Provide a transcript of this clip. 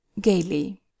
gaily